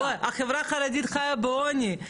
החברה החרדית חיה בעוני,